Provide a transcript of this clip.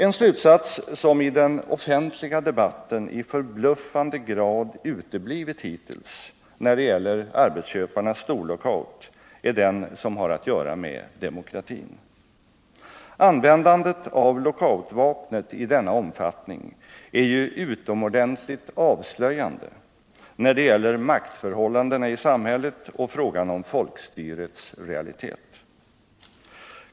En slutsats som i den offentliga debatten i förbluffande grad uteblivit hittills, när det gäller arbetsköparnas storlockout, är den som har att göra med demokratin. Användandet av lockoutvapnet i denna omfattning är ju utomordentligt avslöjande när det gäller maktförhållandena i samhället och frågan om folkstyrets realitet.